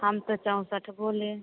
हम तो चौंसठ बोले